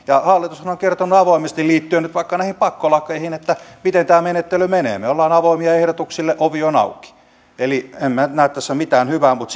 hallitushan on kertonut avoimesti liittyen nyt vaikka näihin pakkolakeihin miten tämä menettely menee me olemme avoimia ehdotuksille ovi on auki eli en minä nyt näe tässä mitään hyvää mutta